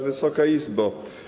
Wysoka Izbo!